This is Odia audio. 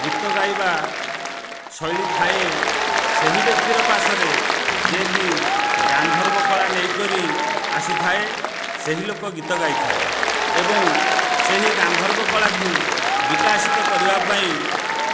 ଗୀତ ଗାଇବା ଶୈଳୀଥାଏ ସେହି ବ୍ୟକ୍ତିର ପାଶରେ ଯିଏକି ଗାନ୍ଧର୍ବକଳା ନେଇକରି ଆସିଥାଏ ସେହି ଲୋକ ଗୀତ ଗାଇଥାଏ ଏବଂ ସେହି ଗାନ୍ଧର୍ବକଳା କୁ ବିକାଶିତ କରିବା ପାଇଁ